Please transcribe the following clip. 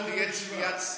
ב-03:00 תהיה צפיית שיא.